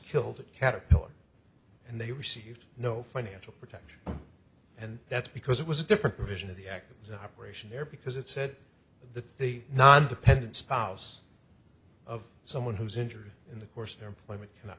killed at caterpillar and they received no financial protection and that's because it was a different vision of the active operation there because it said the non dependent spouse of someone who's injured in the course of their employment cannot